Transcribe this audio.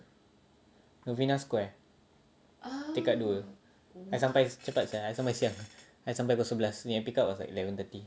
novena square tingkat dua I sampai cepat sia I sampai siap I sampai pukul sebelas pickup was like eleven thirty